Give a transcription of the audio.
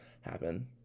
happen